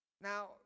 Now